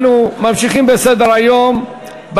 אנחנו ממשיכים בסדר-היום: א.